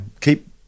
Keep